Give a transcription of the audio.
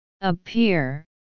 appear